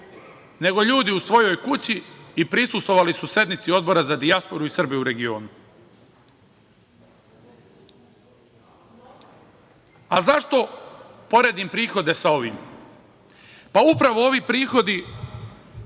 nego ljudi u svojoj kući i prisustvovali su sednici Odbora za dijasporu i Srbe u regionu. A zašto poredim prihode sa ovim? Pa, upravo ovi prihodi